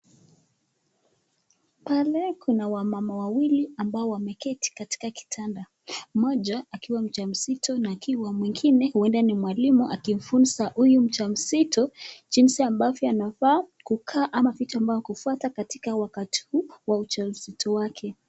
Pale kuna wamama wawili ambao wameketi katika kitanda, mmoja akiwa ni mjamzito na akiwa mwingine huenda ni mwalimu akimfunza huyu mjamzito jinsi anafaa kukaa ama vitu anafaa kufuata wakati huu wa uja uzito wake.